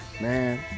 man